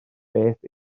beth